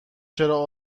چرا